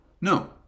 No